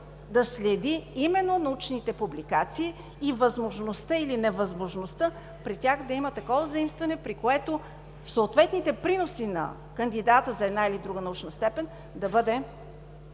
да следи именно научните публикации и възможността или невъзможността при тях да има такова заимстване, при което съответните приноси на кандидата за една или друга научна степен да бъдат